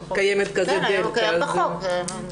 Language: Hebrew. קיים בחוק.